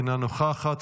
אינה נוכחת,